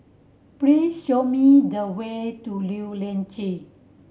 please show me the way to Lew Lian